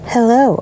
Hello